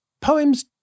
poems